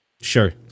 Sure